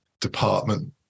department